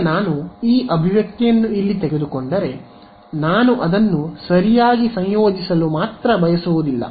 ಈಗ ನಾನು ಈ ಅಭಿವ್ಯಕ್ತಿಯನ್ನು ಇಲ್ಲಿ ತೆಗೆದುಕೊಂಡರೆ ನಾನು ಅದನ್ನು ಸರಿಯಾಗಿ ಸಂಯೋಜಿಸಲು ಮಾತ್ರ ಬಯಸುವುದಿಲ್ಲ